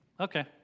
okay